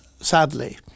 sadly